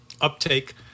uptake